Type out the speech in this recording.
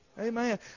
Amen